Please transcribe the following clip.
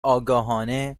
آگاهانه